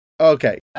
Okay